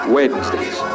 Wednesdays